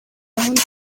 gahunda